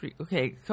Okay